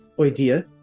idea